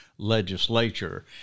Legislature